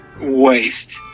waste